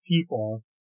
people